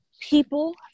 people